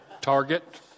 Target